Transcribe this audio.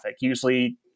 usually